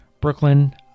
brooklyn